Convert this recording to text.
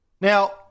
Now